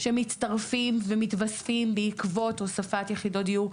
שמצטרפים ומתווספים בעקבות הוספת יחידות דיור,